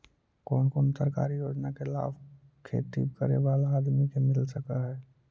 कोन कोन सरकारी योजना के लाभ खेती करे बाला आदमी के मिल सके हे?